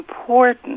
important